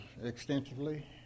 extensively